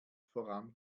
voran